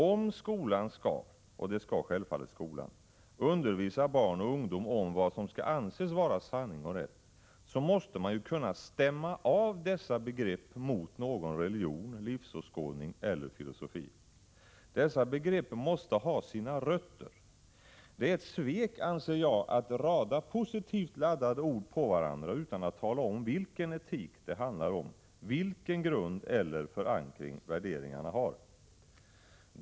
Om skolan skall — och det skall den självfallet — undervisa barn och ungdom om vad som skall anses vara sanning och rätt, måste man ju kunna stämma av dessa begrepp mot någon religion, livsåskådning eller filosofi. Dessa begrepp måste ha sina rötter. Det är ett svek, anser jag, att rada positivt laddade ord på varandra utan att tala om vilken etik det handlar om och vilken grund eller förankring värderingarna har.